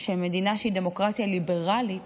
של מדינה שהיא דמוקרטיה ליברלית,